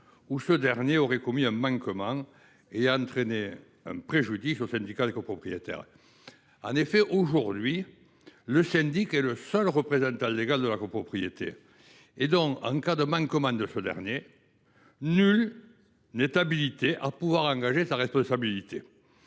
où ce dernier aurait commis un manquement ayant entraîné un préjudice pour le syndicat des copropriétaires. En effet, aujourd’hui, le syndic est le seul représentant légal de la copropriété ; par conséquent, en cas de manquement de ce dernier, nul n’est habilité à engager sa responsabilité.